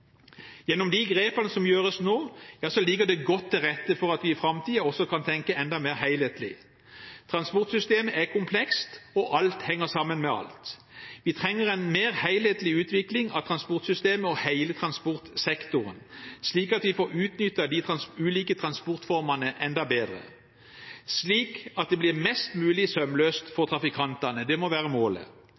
Gjennom de grepene som gjøres nå, ligger det godt til rette for at vi i framtiden også kan tenke enda mer helhetlig. Transportsystemet er komplekst, og alt henger sammen med alt. Vi trenger en mer helhetlig utvikling av transportsystemet og hele transportsektoren, slik at vi får utnyttet de ulike transportformene enda bedre, så det blir mest mulig sømløst for trafikantene. Det må være målet.